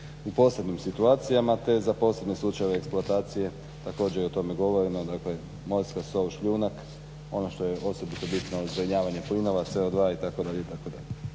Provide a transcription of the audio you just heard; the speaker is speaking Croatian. u posebnim situacijama te za posebne slučajeve eksploatacije, također je o tome govoreno, dakle morska sol, šljunak ono što je osobito bitno zbrinjavanje plinova CO2 itd. Puno